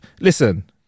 Listen